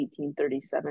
1837